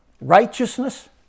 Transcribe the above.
Righteousness